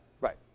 right